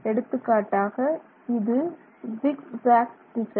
எடுத்துக்காட்டாக இது zigzag திசை